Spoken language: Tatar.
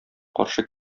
каршы